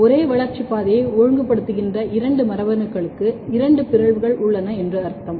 ஒரே வளர்ச்சி பாதையை ஒழுங்குபடுத்துகின்ற இரண்டு மரபணுக்களுக்கு இரண்டு பிறழ்வுகள் உள்ளன என்று அர்த்தம்